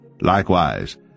Likewise